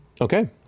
Okay